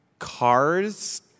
Cars